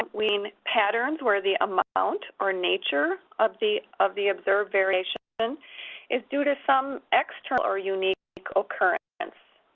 mean patterns where the amount or nature of the of the observed variation is due to some external or unique occurrence.